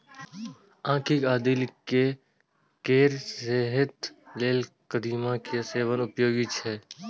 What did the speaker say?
आंखि आ दिल केर सेहत लेल कदीमा के सेवन उपयोगी छै